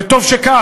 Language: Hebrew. וטוב שכך,